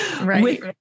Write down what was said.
right